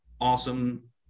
awesome